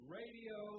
radio